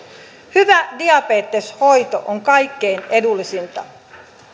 hyvä diabeteshoito on kaikkein edullisinta